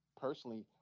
personally